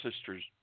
sisters